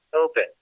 open